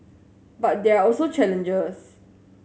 but there are also challenges